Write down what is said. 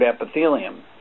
epithelium